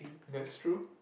that's true